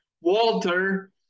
Walter